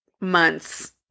months